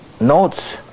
notes